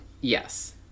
yes